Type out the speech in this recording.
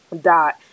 dot